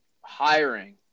hiring